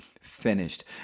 finished